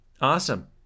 Awesome